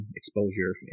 exposure